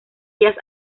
ellas